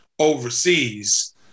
overseas